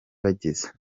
bageze